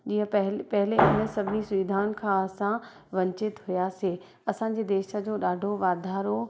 जीअं पह पहिले हिन सभिनी सुविधाउनि खां असां वनचित हुआसीं असांजे देश जो ॾाढो वाधारो